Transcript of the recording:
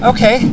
Okay